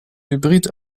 hybrid